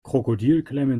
krokodilklemmen